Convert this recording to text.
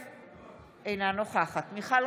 שאלה נוספת, בבקשה.